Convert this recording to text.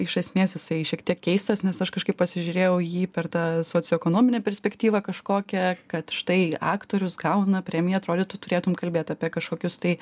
iš esmės jisai šiek tiek keistas nes aš kažkaip pasižiūrėjau jį per tą socioekonominę perspektyvą kažkokią kad štai aktorius gauna premiją atrodytų turėtum kalbėt apie kažkokius tai